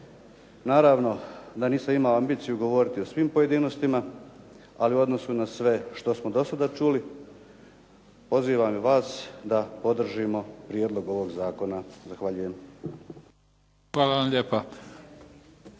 Naravno da nisam imao ambiciju govoriti o svim pojedinostima, ali u odnosu na sve što smo do sada čuli pozivam i vas da podržimo prijedlog ovog zakona. Zahvaljujem. **Mimica, Neven